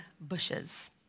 bushes